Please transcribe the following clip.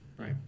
Right